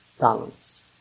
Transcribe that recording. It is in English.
balance